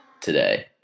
today